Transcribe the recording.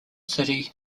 city